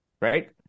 right